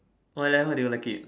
why leh why do you like it